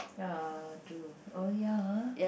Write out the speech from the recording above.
ya do oh ya